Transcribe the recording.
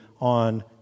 on